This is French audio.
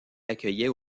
accueillait